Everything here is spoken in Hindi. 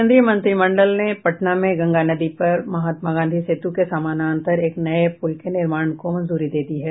केंद्रीय मंत्रिमंडल ने पटना में गंगा नदी पर महात्मा गांधी सेतु के समानांतर एक नये पुल के निर्माण को मंजूरी दे दी है